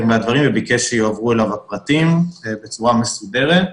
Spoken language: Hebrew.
מהדברים והוא ביקש שיועברו אליו הפרטים בצורה מסודרת.